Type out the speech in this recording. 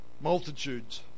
multitudes